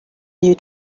you